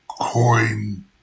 coin